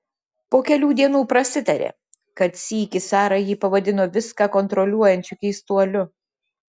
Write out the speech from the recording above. po kelių dienų prasitarė kad sykį sara jį pavadino viską kontroliuojančiu keistuoliu